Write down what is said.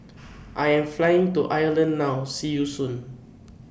I Am Flying to Ireland now See YOU Soon